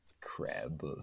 Crab